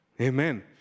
Amen